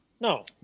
No